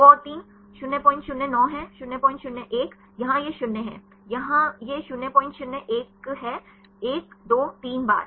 2 और 3 009 है 001 यहाँ यह 0 है यहाँ यह 001 है 1 2 3 बार